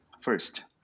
First